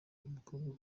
mukobwa